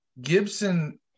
Gibson